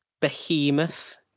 behemoth